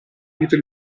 litri